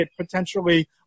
potentially